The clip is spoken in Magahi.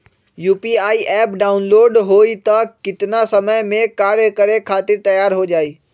यू.पी.आई एप्प डाउनलोड होई त कितना समय मे कार्य करे खातीर तैयार हो जाई?